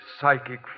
psychic